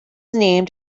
named